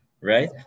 right